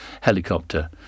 helicopter